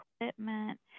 equipment